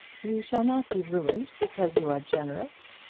you shall not be ruined because you are generous.